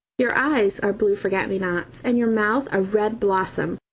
your eyes are blue forget-me-nots, and your mouth a red blossom.